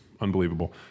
unbelievable